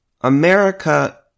America